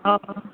ᱚ